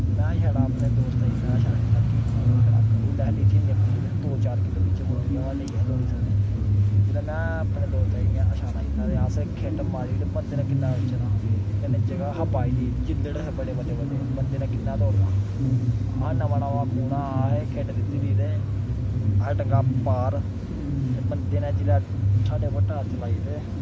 में छड़ा अपने दोस्तै ई इन्ना हारा शारा कीता कि कड़ाक ओल्लै अहें इन्नी लीचियां खुंडी दियां निहियां दो चार किल्लो खुंडी दियां ओह् अस लेइयै दौड़ी बी सकदे हे जेल्लै मैं अपने दोस्तै ई इ'यां शारा कीता ते अस खिट्ट मारी बंदे ने किन्ना सनोचना हा कन्नै जगह् ही बाही दी जिल्लड़ हे बड़े बड्डे बड्डे बंदे ने किन्ना गै दौड़ना हा अह् नमां नमां खून हा अहें खिट्ट दित्ती ते अह् डंगा पार ते बंदे ने जेल्लै साढ़े उप्पर टार्च लाई ते